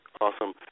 Awesome